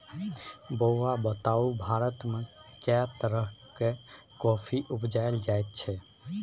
बौआ बताउ भारतमे कैक तरहक कॉफी उपजाएल जाइत छै?